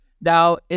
Now